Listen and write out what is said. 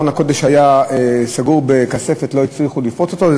ארון הקודש היה סגור בכספת ולא הצליחו לפרוץ אותו,